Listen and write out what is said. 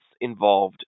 involved